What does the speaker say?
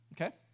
Okay